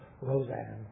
Roseanne